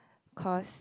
cause